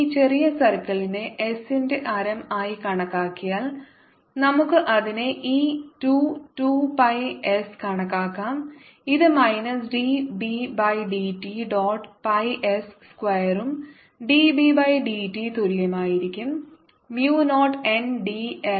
ഈ ചെറിയ സർക്കിളിനെ S ന്റെ ആരം ആയി കണക്കാക്കിയാൽ നമുക്ക് അതിനെ E ടു 2 pi s കണക്കാക്കാം ഇത് minus dB by dt dot pi s square ഉം dB by dt തുല്യമായിരിക്കും mu naught n dI by dt E